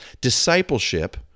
Discipleship